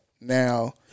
now